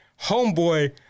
Homeboy